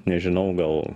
nežinau gal